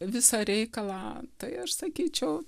visą reikalą tai aš sakyčiau